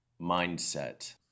mindset